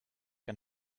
can